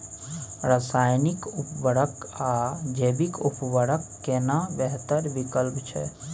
रसायनिक उर्वरक आ जैविक उर्वरक केना बेहतर विकल्प छै?